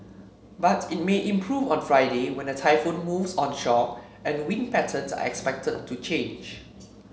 but it may improve on Friday when the typhoon moves onshore and wind patterns are expected to change